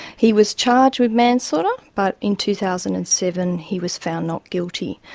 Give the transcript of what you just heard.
he was charged with manslaughter but in two thousand and seven he was found not guilty.